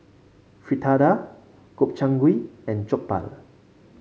Fritada Gobchang Gui and Jokbal